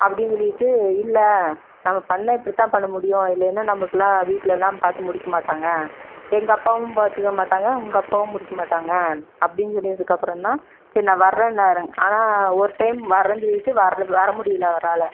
அப்படின்னு சொல்லிவிட்டு இல்லை நம்ம பண்ணிணா இப்படிதான் பண்ணமுடியும் இல்லைன்னா நமக்கெலாம் வீட்லெலாம் பார்த்து முடிக்கமாட்டாங்க எங்கள் அப்பாவும் பார்த்துக்கமாட்டாங்க உங்கள் அப்பாவும் முடிக்கமாட்டாங்க அப்படின்னு சொல்லினதுக்கு அப்புறம் தான் சரி நான் வர்றேன்னாருங்க ஆனால் ஒரு டைம் வர்றேன்னு சொல்லிவிட்டு வர வர முடியலை அவரால்